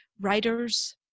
writers